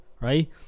right